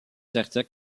certain